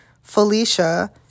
Felicia